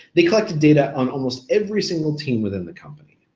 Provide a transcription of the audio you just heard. they collected data on almost every single team within the company,